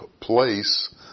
place